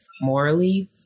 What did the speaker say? morally